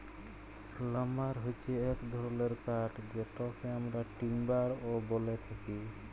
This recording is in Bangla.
লাম্বার হচ্যে এক ধরলের কাঠ যেটকে আমরা টিম্বার ও ব্যলে থাকি